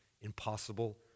impossible